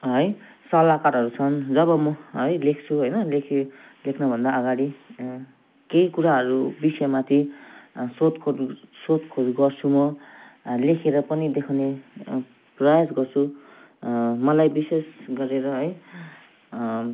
है सल्लाहकारहरू छन् जब म है लेख्छु होइन लेखेँ लेख्नभन्दा अगाडि केही कुराहरू विषयमाथि सोधखोज सोधखोज गर्छु म लेखेर पनि देखाउने प्रयास गर्छु मलाई विशेष गरेर है